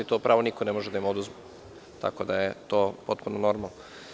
To pravo niko ne može da im oduzme, tako da je to potpuno normalno.